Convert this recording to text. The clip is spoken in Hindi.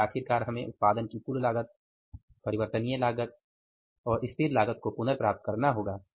क्योंकि आखिरकार हमें उत्पादन की कुल लागत परिवर्तनीय लागत और स्थिर लागत को पुनर्प्राप्त करना होगा